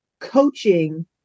coaching